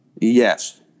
Yes